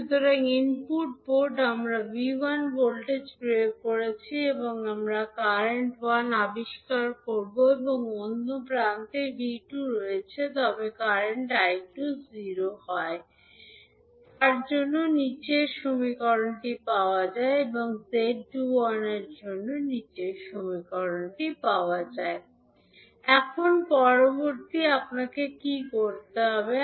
সুতরাং ইনপুট পোর্টে আমরা V1 ভোল্টেজ প্রয়োগ করছি এবং আমরা কারেন্ট I 1 আবিষ্কার করব অন্য প্রান্তে V2 রয়েছে তবে কারেন্ট I2 0 হয় এখন 𝐳21 এর জন্য এখন পরবর্তী আপনি কি করতে হবে